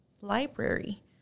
library